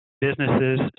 businesses